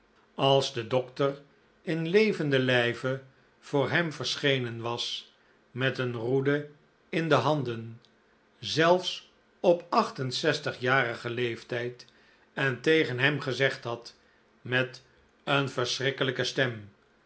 als de dokter in levenden lijve voor hem ver schenen was met een roede in de handen zelfs op acht en zestigjarigen leeftijd en tegen hem gezegd had met een verschrikkelijke stem